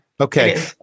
Okay